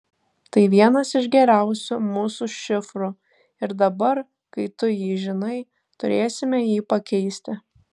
tai vienas iš geriausių mūsų šifrų ir dabar kai tu jį žinai turėsime jį pakeisti